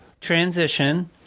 transition